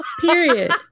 Period